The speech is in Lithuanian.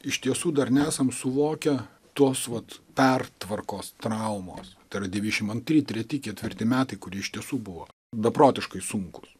iš tiesų dar nesam suvokę tos vat pertvarkos traumos tai yra dvidešimt antri treti ketvirti metai kurie iš tiesų buvo beprotiškai sunkūs